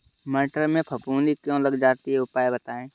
मटर में फफूंदी क्यो लग जाती है उपाय बताएं?